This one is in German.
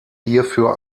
hierfür